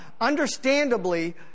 understandably